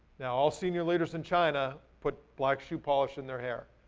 now all senior leaders in china put black shoe polish in their hair.